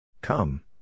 Come